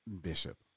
bishop